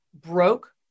broke